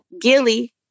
Gilly